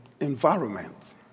environment